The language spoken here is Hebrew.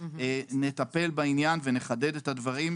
נחדד את העניין ונטפל בדברים.